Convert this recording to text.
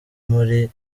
muri